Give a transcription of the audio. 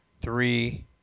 three